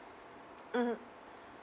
mmhmm